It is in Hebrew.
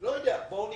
לא יודע, בואו נקבע.